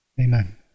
Amen